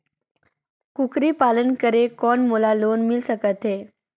कूकरी पालन करे कौन मोला लोन मिल सकथे?